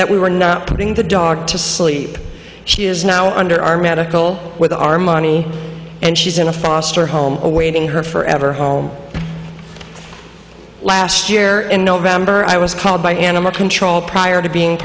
that we were not putting the dog to sleep she is now under our medical with our money and she's in a foster home awaiting her forever home last year in november i was called by animal control prior to being